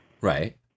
Right